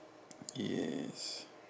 yes